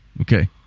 Okay